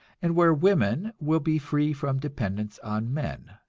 and where women will be free from dependence on men.